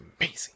amazing